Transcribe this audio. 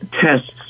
tests